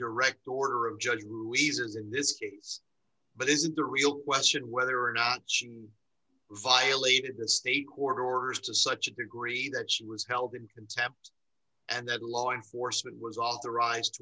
direct order of judge weavers in this case but isn't the real question whether or not she violated state court orders to such a degree that she was held in contempt and that law enforcement was authorized